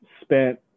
spent